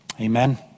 Amen